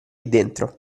dentro